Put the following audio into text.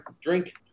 drink